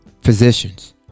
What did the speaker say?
physicians